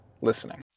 listening